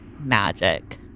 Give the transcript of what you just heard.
magic